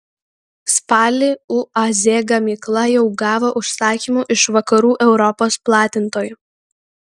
spalį uaz gamykla jau gavo užsakymų iš vakarų europos platintojų